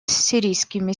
сирийскими